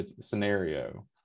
scenario